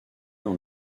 dans